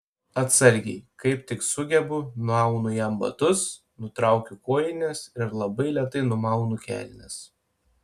atsargiai kaip tik sugebu nuaunu jam batus nutraukiu kojines ir labai lėtai numaunu kelnes